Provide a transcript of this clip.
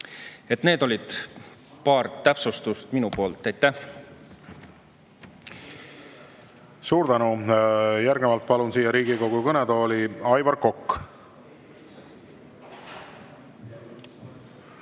Need olid paar täpsustust minu poolt. Aitäh! Suur tänu! Järgnevalt palun siia Riigikogu kõnetooli Aivar Koka.